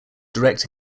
direct